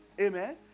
Amen